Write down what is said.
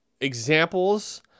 examples